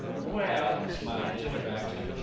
well, smiled mr baxter,